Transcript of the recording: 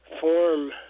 form